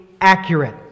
accurate